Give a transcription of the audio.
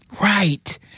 Right